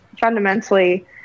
Fundamentally